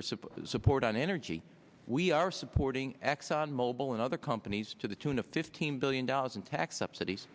support support on energy we are supporting exxon mobil and other companies to the tune of fifteen billion dollars in tax subsidies